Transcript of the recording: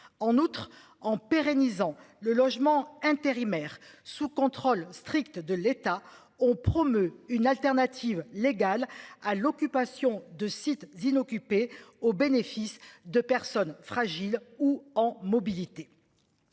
en outre en pérennisant le logement intérimaire sous contrôle strict de l'État on promeut une alternative légale à l'occupation de sites inoccupés au bénéfice de personnes fragiles ou en mobilité.